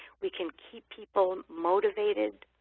we can keep people motivated